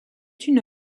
une